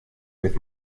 vez